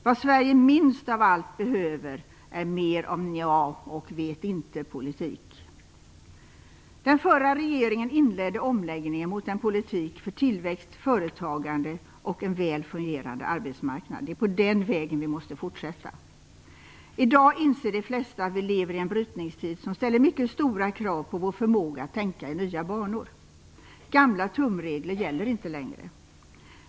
Vad Sverige minst av allt behöver är mer av nja och vet-inte-politik. Den förra regeringen inledde omläggningen mot en politik för tillväxt, företagande och en väl fungerande arbetsmarknad. Det är på den vägen vi måste fortsätta. I dag inser de flesta att vi lever i en brytningstid som ställer mycket stora krav på vår förmåga att tänka i nya banor. Gamla tumregler gäller inte längre.